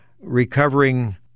recovering